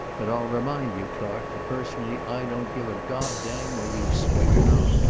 but i'll remind you, clark, that personally i don't give a god-damn whether you swing or not.